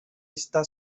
esta